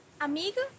Amiga